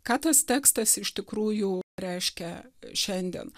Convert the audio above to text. ką tas tekstas iš tikrųjų reiškia šiandien